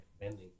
Bending